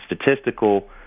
statistical